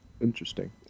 interesting